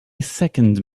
second